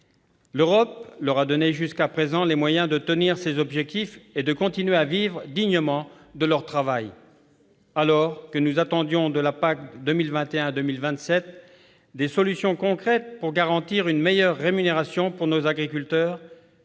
L'Europe leur a donné jusqu'à présent les moyens de tenir ces objectifs et de continuer de vivre dignement de leur travail. Alors que nous attendions de la PAC 2021-2027 des solutions concrètes pour garantir une meilleure rémunération à nos agriculteurs,